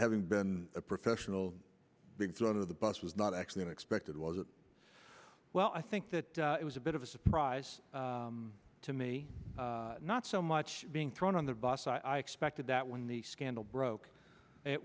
having been a professional being thrown out of the bus was not actually unexpected was it well i think that it was a bit of a surprise to me not so much being thrown on the bus i expected that when the scandal broke it